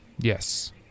Yes